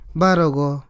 barogo